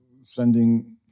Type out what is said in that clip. sending